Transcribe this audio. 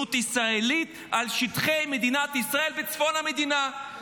ריבונות ישראלית על שטחי מדינת ישראל בצפון המדינה.